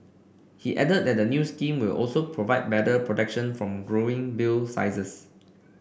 he added that new scheme will also provide better protection from growing bill sizes